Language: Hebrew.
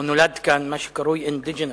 הוא נולד כאן, מה שנקרא indigenous people.